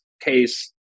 case